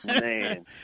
Man